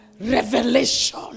Revelation